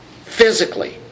physically